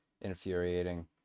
infuriating